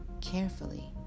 carefully